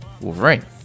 Wolverine